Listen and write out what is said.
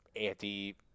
anti